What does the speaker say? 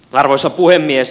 arvoisa puhemies